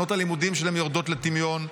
שנות הלימודים שלהם יורדות לטמיון.